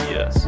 Yes